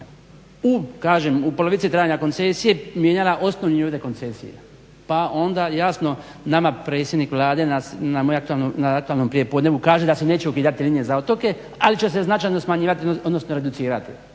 u polovici trajanja koncesije mijenjala osnovne uvjete koncesije, pa onda jasno nama predsjednik na aktualnom prijepodnevu kaže da se neće ukidati linije za otoke, ali će se značajno smanjivati